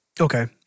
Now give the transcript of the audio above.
Okay